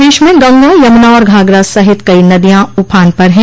प्रदेश में गंगा यमुना और घाघरा सहित कई नदियां उफान पर हैं